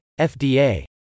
FDA